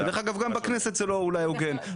ודרך אגב, גם בכנסת זה לא אולי הוגן.